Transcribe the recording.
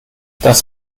das